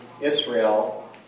Israel